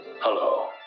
Hello